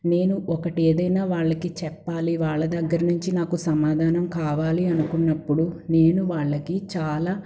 నేను ఒకటి ఏదైనా వాళ్ళకి చెప్పాలి వాళ్ళ దగ్గర నుంచి నాకు సమాధానం కావాలి అనుకున్నప్పుడు నేను వాళ్ళకి చాలా